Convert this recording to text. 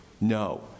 No